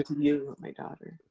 to you and my daughter.